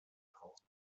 braucht